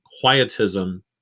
quietism